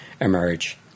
emerge